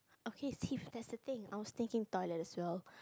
okay Steve that's the thing I was taking toilet as well